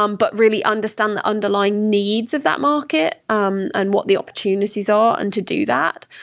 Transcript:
um but really understand the underlying needs of that market um and what the opportunities are and to do that.